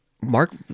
Mark